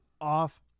off